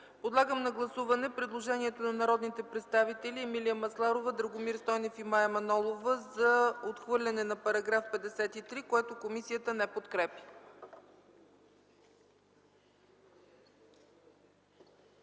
Подлагам на гласуване предложението на народните представители Емилия Масларова, Драгомир Стойнев и Мая Манолова, което комисията не подкрепя.